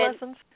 lessons